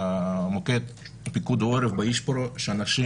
במוקד של פיקוד העורף ב"ישפרו" שאנשים